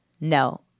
No